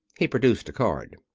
he produced a card.